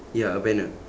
ya a banner